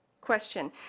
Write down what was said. question